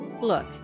Look